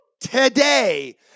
today